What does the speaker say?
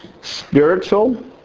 Spiritual